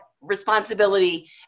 responsibility